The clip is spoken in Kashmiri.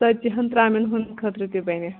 ژتجی ہَن ترٛامٮ۪ن ہُنٛد خٲطرٕ تہِ بَنہِ